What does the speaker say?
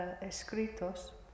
escritos